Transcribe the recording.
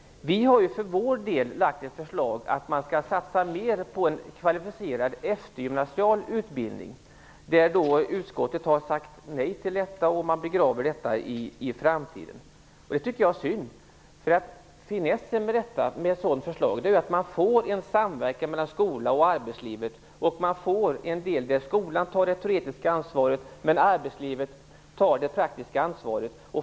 Vi har för vår del lagt fram ett förslag om att man skall satsa mer på en kvalificerad eftergymnasial utbildning. Utskottet har sagt nej till detta och man begraver förslaget i framtiden. Det tycker jag är synd, för finessen med ett sådant förslag är att man får samverkan mellan skola och arbetslivet. Man får en del där skolan tar det teoretiska ansvaret medan arbetslivet tar det praktiska ansvaret.